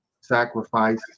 sacrifice